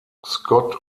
scott